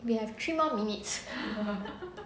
we have three more minutes